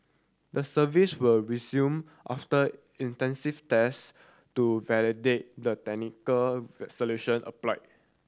the service were resumed after intensive test to validate the technical solution applied